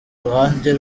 ruhande